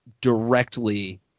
directly